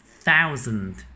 Thousand